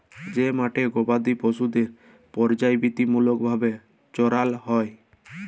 যে মাঠে গবাদি পশুদের পর্যাবৃত্তিমূলক ভাবে চরাল হ্যয়